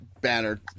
Banner